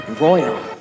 royal